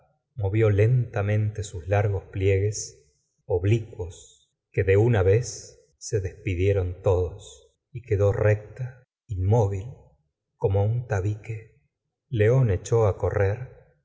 movió lentamente sus largos pliegues oblicuos que de una vez se despidieron todos y quedó recta inmóvil como un tabique león echó correr